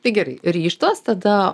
tai gerai ryžtas tada